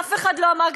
מפלגה, אף אחד לא אמר.